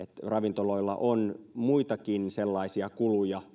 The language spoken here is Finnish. ravintoloilla on muitakin sellaisia kuluja